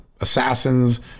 assassins